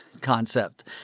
concept